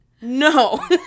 No